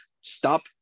stop